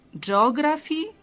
geography